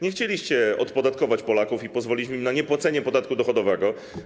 Nie chcieliście odpodatkować Polaków i pozwolić im na niepłacenie podatku dochodowego.